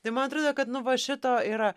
tai man atrodo kad nu va šito yra